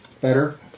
Better